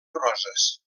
roses